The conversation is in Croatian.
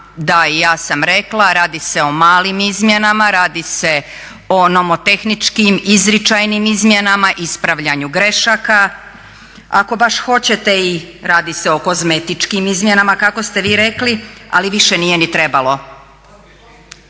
Da i ja sam rekla radi se o malim izmjenama, radi se o nomotehničkim izričajnim izmjenama, ispravljanu grešaka, ako baš hoćete i radi se o kozmetičkim izmjenama kako ste vi rekli, ali više nije ni trebalo.